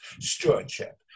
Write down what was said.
stewardship